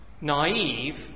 naive